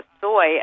soy